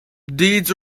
deeds